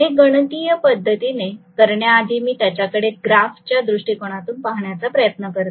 हे गणितीय पद्धतीने करण्याआधी मी याच्याकडे ग्राफ च्या दृष्टिकोनातून पाहण्याचा प्रयत्न करतो